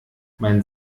mein